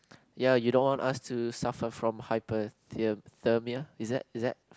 ya you don't want us to suffer from hypothermia is that is that